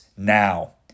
Now